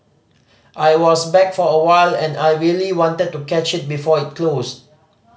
I was back for a while and I really wanted to catch it before it closed